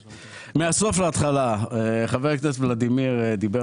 מהסוף להתחלה: חבר הכנסת ולדימיר בליאק דיבר